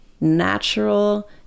natural